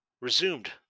resumed